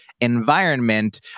environment